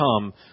come